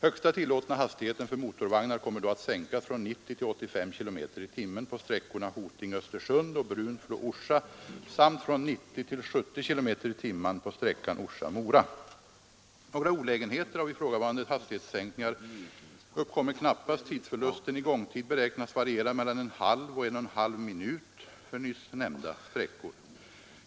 Högsta tillåtna hastigheten för motorvagnar kommer då att sänkas från 90 till 85 km tim på sträckan Orsa—Mora. Några olägenheter av ifrågavarande hastighetssänkningar uppkommer knappast. Tidsförlusten i gångtid beräknas variera mellan en halv och en och en halv minut för nyss nämnda sträckor.